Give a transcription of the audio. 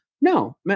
No